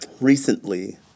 recently